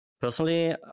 Personally